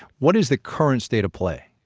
what is the current state of play?